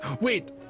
wait